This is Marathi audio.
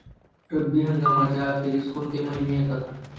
रब्बी हंगामाच्या अखेरीस कोणते महिने येतात?